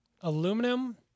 aluminum